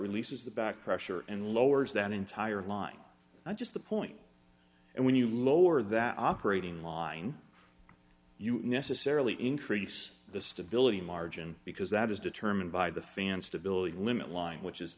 releases the back pressure and lowers that entire line not just the point and when you lower that operating line you necessarily increase the stability margin because that is determined by the fan stability limit line which is